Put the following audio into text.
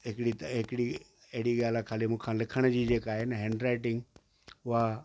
हिकिड़ी त हिकिड़ी अहिड़ी ॻाल्हि आहे ख़ाली मूं खां लिखण जी जे का आहे न हैंडराइटिंग उहा